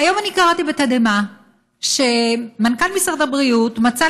היום אני קראתי בתדהמה שמנכ"ל משרד הבריאות מצא